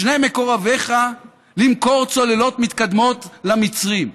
שני מקורביך, למכור צוללות מתקדמות למצרים?